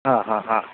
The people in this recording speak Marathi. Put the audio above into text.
हां हां हां